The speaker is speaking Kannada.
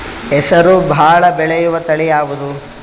ಹೆಸರು ಭಾಳ ಬೆಳೆಯುವತಳಿ ಯಾವದು?